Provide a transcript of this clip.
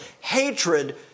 Hatred